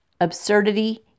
absurdity